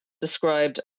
described